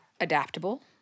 adaptable